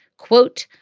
quote,